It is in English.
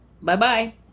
Bye-bye